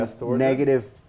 negative